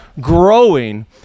growing